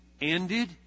ended